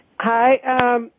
Hi